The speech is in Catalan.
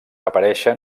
apareixen